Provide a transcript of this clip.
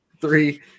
three